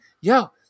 yo